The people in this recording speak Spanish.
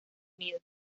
unido